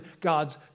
God's